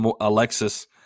Alexis